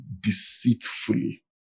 deceitfully